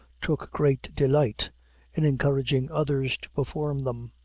took great delight in encouraging others to perform them.